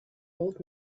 old